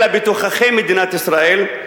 אלא בתוככי מדינת ישראל,